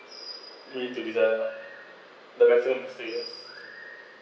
we to decide the message is still